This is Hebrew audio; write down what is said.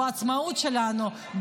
בעצמאות שלנו,